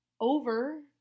over